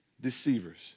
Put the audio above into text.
deceivers